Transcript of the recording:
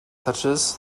touches